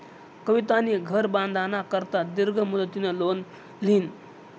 कवितानी घर बांधाना करता दीर्घ मुदतनं लोन ल्हिनं